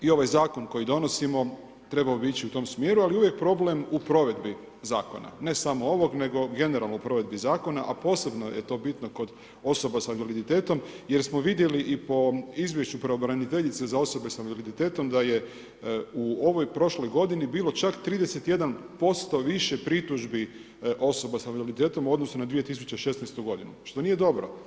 I ovaj zakon koji donosimo trebao bi ići u tom smjeru ali je uvijek problem u provedbi zakona ne samo ovog nego generalno u provedbi zakona a posebno je to bitno kod osoba sa invaliditetom jer smo vidjeli i po izvješću pravobraniteljice za osobe sa invaliditetom da je u ovoj prošloj godini bilo čak 31% više pritužbi osoba sa invaliditetom u odnosu na 2016. godinu što nije dobro.